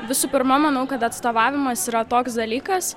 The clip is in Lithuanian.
visų pirma manau kad atstovavimas yra toks dalykas